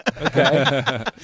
okay